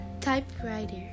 typewriter